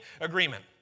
agreement